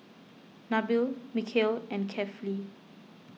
Nabil Mikhail and Kefli